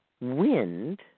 wind